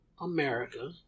America